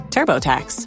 TurboTax